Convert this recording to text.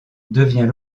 devient